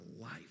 life